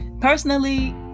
personally